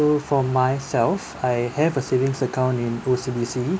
for myself I have a savings account in O_C_B_C